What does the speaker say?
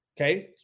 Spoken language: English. Okay